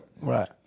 Right